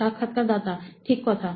সাক্ষাৎকারদাতা হ্যাঁ ঠিক কথা